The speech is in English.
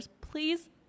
Please